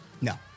No